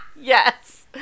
Yes